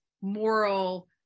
moral